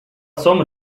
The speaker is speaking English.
some